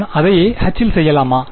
நான் அதையே Hல் செய்யலாமா